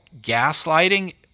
gaslighting